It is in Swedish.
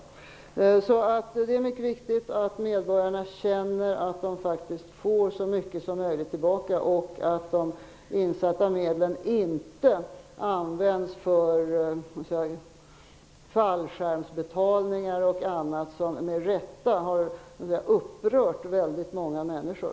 Det är alltså mycket viktigt att medborgarna känner att de faktiskt får så mycket som möjligt tillbaka och att de insatta medlen inte används för fallskärmsbetalningar och annat som med rätta har upprört väldigt många människor.